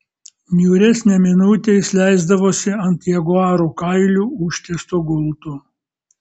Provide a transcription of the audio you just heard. niūresnę minutę jis leisdavosi ant jaguarų kailiu užtiesto gulto